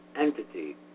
entity